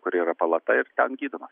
kur yra palata ir ten gydoma